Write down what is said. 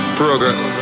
progress